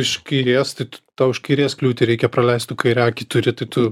iš kairės tai tu tau iš kairės kliūtį reikia praleist tu kairę akį turi tai tu